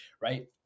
right